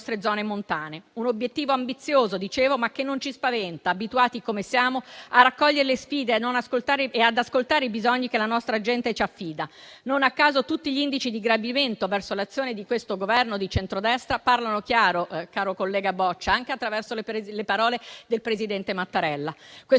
un obiettivo ambizioso, che però non ci spaventa, abituati come siamo a raccogliere le sfide e ad ascoltare i bisogni che la nostra gente ci affida. Non a caso tutti gli indici di gradimento verso l'azione di questo Governo di centrodestra parlano chiaro, caro collega Boccia, anche attraverso le parole del presidente Mattarella.